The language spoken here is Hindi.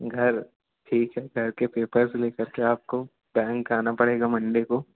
घर ठीक है घर के पेपर्ज़ लेकर के आपको बैंक आना पड़ेगा मंडे को